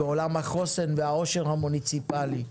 בעולם החוסן והעושר המוניציפלי,